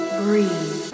breathe